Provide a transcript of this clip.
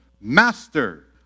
Master